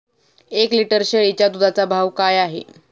एक लिटर शेळीच्या दुधाचा भाव काय आहे?